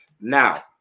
Now